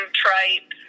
tripe